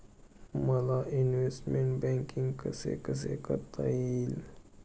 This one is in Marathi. मला इन्वेस्टमेंट बैंकिंग कसे कसे करता येईल?